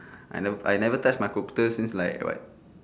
I never I never touch my computer since like what